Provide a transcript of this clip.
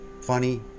funny